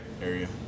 Area